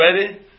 ready